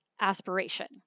aspiration